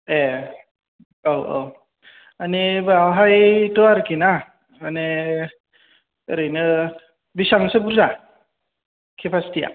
ए औ औ मानि बावहायथ' आरोखि ना मानि ओरैनो बेसेबांसो बुरजा केपासिटिया